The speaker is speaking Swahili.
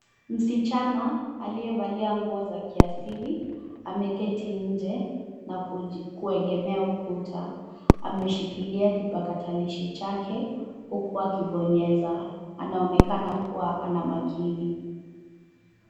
Msichana aliyevalia nguo za kiasili ameketi nje na kuegemea ukuta ameshikiia kipakatilishi chake huku akibonyeza, anaonekana kua ana makini.